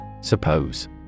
Suppose